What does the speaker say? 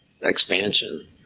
expansion